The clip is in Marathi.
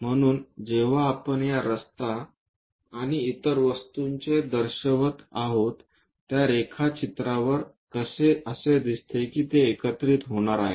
म्हणून जेव्हा आपण या रस्ता आणि इतर वस्तूंचे दर्शवत आहोत त्या रेखाचित्रांवर असे दिसते की ते एकत्रित होणार आहेत